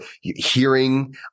hearing